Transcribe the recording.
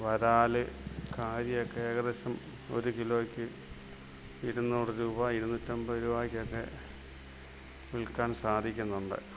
വരാൽ കാരിയൊക്കെ ഏകദേശം ഒരു കിലോയ്ക്ക് ഇരുന്നൂറ് രൂപ ഇരുന്നൂറ്റി അമ്പത് രൂപയ്കൊക്കെ വിൽക്കാൻ സാധിക്കുന്നുണ്ട്